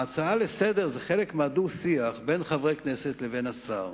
ההצעה לסדר-היום זה חלק מהדו-שיח בין חברי הכנסת לבין השר,